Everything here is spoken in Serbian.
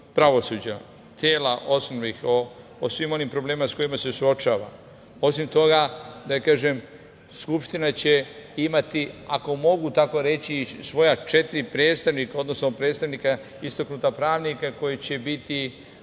pravosuđa, o svim onim problemima sa kojima se suočavamo. Osim toga, Skupština će imati, ako mogu tako reći, svoja četiri predstavnika, odnosno predstavnika istaknuta pravnika koji će biti